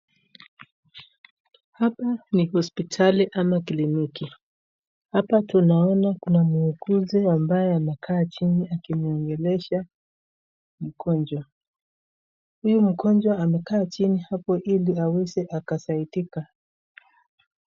Hapa ni hospitali ama kliniki. Hapa tunaona kuna muuguzi ambaye amekaa chini akimwongelesha mgonjwa. Huyu mgonjwa amekaa chini hapo ili aweze akasaidika.